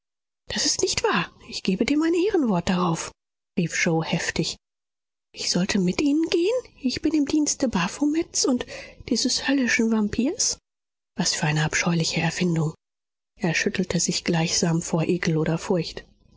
das ist nicht wahr ich gebe dir mein ehrenwort darauf rief yoe heftig ich sollte mit ihnen gehen ich im dienste baphomets und dieses höllischen vampirs was für eine abscheuliche erfindung er schüttelte sich gleichsam vor ekel oder furcht